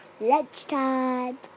lunchtime